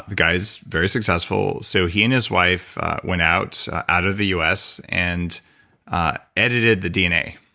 the guy is very successful so he and his wife went out out of the us and edited the dna